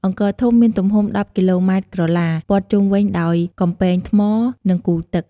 អង្គរធំមានទំហំ ១០ គីឡូម៉ែត្រក្រឡា ព័ទ្ធជុំវិញដោយកំពែងថ្ម និងគូទឹក។